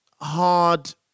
hard